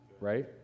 right